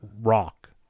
rock